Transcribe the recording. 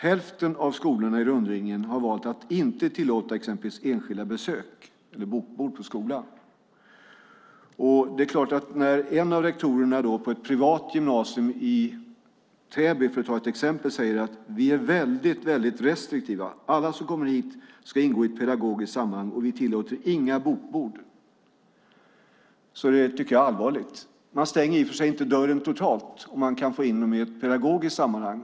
Hälften av skolorna i rundringningen har valt att inte tillåta enskilda besök eller bokbord på skolan. En av rektorerna på ett privat gymnasium i Täby, för att ta ett exempel, säger att man är väldigt restriktiv. Alla som kommer till skolan ska ingå i ett pedagogiskt sammanhang, och man tillåter inga bokbord. Jag tycker att det är allvarligt. Man stänger i och för sig inte dörren totalt; man kan få in dem i ett pedagogiskt sammanhang.